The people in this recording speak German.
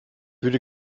würde